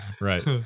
Right